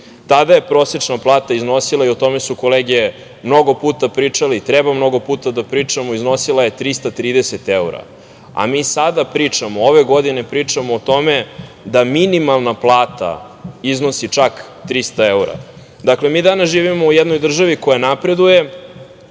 Tada je prosečna plata iznosila, i o tome su kolege mnogo puta pričale, i treba mnogo puta da pričamo, iznosila je 330 evra. Mi sada pričamo, ove godine pričamo o tome da minimalna plata iznosi čak 300 evra. Dakle, mi danas živimo u jednoj državi koja napreduje